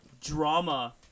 drama